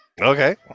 Okay